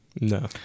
No